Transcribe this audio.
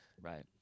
right